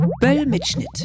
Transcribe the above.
Böll-Mitschnitt